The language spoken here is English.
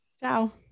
ciao